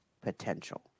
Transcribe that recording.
potential